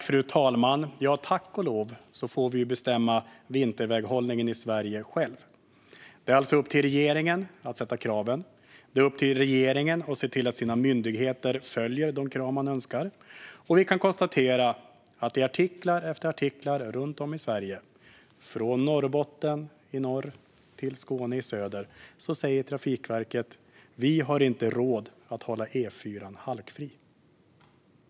Fru talman! Tack och lov får vi bestämma om vinterväghållningen i Sverige själva. Det är alltså upp till regeringen att sätta kraven. Det är upp till regeringen att se till att myndigheterna följer de krav man har. Vi kan konstatera att Trafikverket i artikel efter artikel runt om i Sverige, från Norrbotten i norr till Skåne i söder, säger: Vi har inte råd att hålla E4:an halkfri.